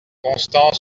constant